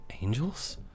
Angels